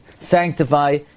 sanctify